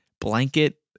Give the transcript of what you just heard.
blanket